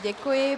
Děkuji.